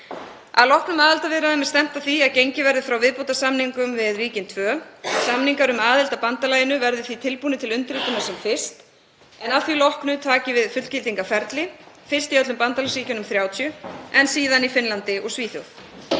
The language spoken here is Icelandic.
Að loknum aðildarviðræðum er stefnt að því að gengið verði frá viðbótarsamningum við ríkin tvö. Samningar um aðild að bandalaginu verði því tilbúnir til undirritunar sem fyrst en að því loknu taki við fullgildingarferli, fyrst í öllum bandalagsríkjunum 30 en síðan í Finnlandi og Svíþjóð.